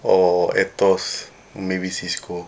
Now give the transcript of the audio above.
or AETOS maybe CISCO